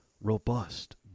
robust